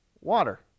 Water